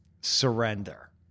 surrender